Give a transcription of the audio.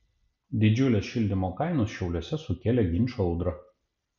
didžiulės šildymo kainos šiauliuose sukėlė ginčų audrą